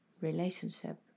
relationship